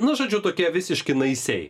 nu žodžiu tokie visiški naisiai